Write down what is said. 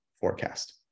forecast